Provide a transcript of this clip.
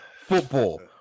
football